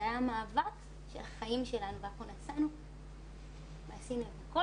זה היה מאבק של החיים שלנו ואנחנו עשינו את הכול